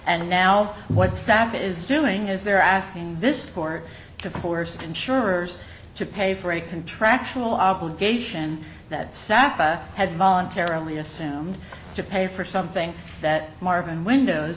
and now what sap is doing is they're asking this court to force insurers to pay for a contractual obligation that sap had voluntarily assumed to pay for something that mark and windows